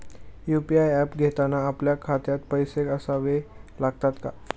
UPI app घेताना आपल्या खात्यात पैसे असावे लागतात का?